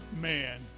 man